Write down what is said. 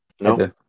No